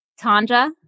Tanja